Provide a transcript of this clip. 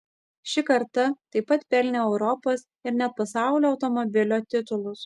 ši karta taip pat pelnė europos ir net pasaulio automobilio titulus